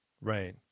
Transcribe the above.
right